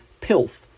PILF